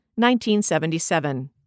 1977